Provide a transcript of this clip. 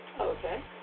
Okay